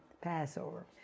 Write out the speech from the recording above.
Passover